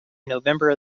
november